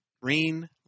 Green